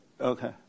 Okay